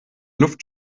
luft